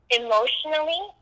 emotionally